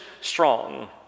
strong